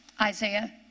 Isaiah